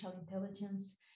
intelligence